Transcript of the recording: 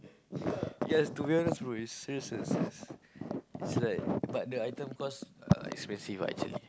yes to be honest bro it's serious serious serious it's like but the item cost uh expensive ah actually